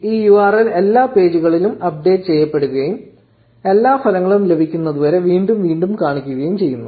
ഈ URL എല്ലാ പേജുകളിലും അപ്ഡേറ്റ് ചെയ്യപ്പെടുകയും എല്ലാ ഫലങ്ങളും ലഭിക്കുന്നതുവരെ വീണ്ടും വീണ്ടും കാണിക്കുകയും ചെയ്യുന്നു